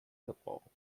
gebrauchen